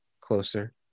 closer